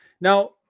Now